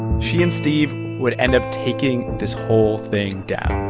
she and steve would end up taking this whole thing down